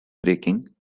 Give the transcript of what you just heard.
breaking